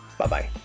Bye-bye